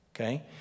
Okay